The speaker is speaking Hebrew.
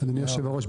אדוני יושב הראש,